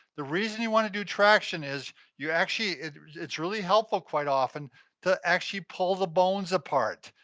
the reason you wanna do traction is, you actually it's really helpful quite often to actually pull the bones apart.